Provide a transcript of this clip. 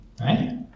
right